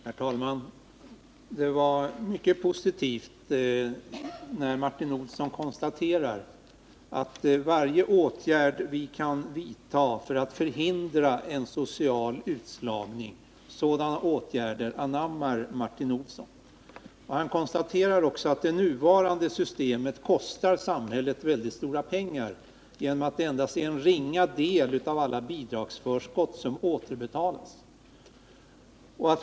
Herr talman! Det var mycket positivt att Martin Olsson konstaterade att varje åtgärd som kan vidtas för att hindra en social utslagning är bra. Han konstaterade också att det nuvarande systemet kostar samhället mycket pengar, eftersom endast en ringa del av alla bidragsförskott återbetalas.